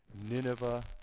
Nineveh